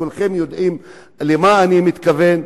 כולכם יודעים למה אני מתכוון.